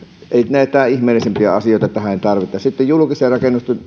tämän ihmeellisempiä asioita tähän tarvita sitten julkisten rakennusten